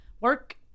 Work